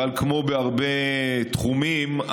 אבל כמו בהרבה תחומים,